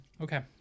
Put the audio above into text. Okay